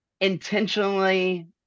intentionally